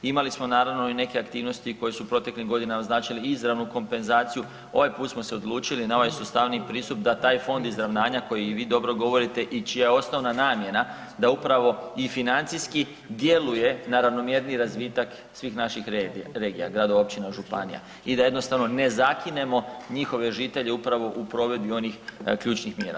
Imali smo, naravno i neke aktivnosti koje su u proteklim godinama značile izravnu kompenzaciju, ovaj put smo se odlučili na ovaj sustavniji pristup, da taj fond izravnanja koji i vi dobro govorite i čija je osnovna namjena, da upravo i financijski djeluje na ravnomjerniji razvitak svih naših regija, gradova, općina, županija i da jednostavno ne zakinemo njihove žitelje upravo u provedbi onih ključnih mjera.